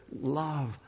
love